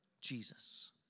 Jesus